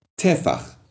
tefach